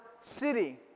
city